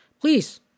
please